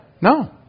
No